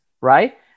right